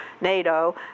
NATO